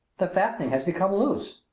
the fastening has become loose.